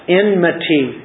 enmity